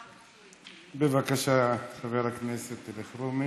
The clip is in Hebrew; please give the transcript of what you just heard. בבקשה, חבר הכנסת אלחרומי.